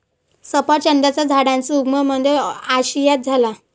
सफरचंदाच्या झाडाचा उगम मध्य आशियात झाला